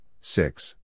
six